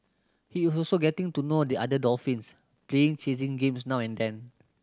he is also getting to know the other dolphins playing chasing games now and then